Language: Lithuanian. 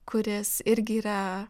kuris irgi yra